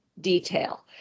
detail